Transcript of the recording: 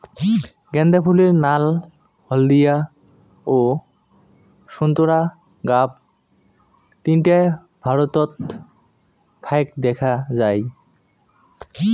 গ্যান্দা ফুলের নাল, হলদিয়া ও সোন্তোরা গাব তিনটায় ভারতত ফাইক দ্যাখ্যা যায়